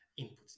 inputs